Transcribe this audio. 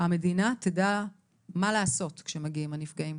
המדינה תדע מה לעשות כשמגיעים הנפגעים.